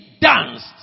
danced